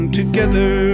together